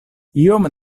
iom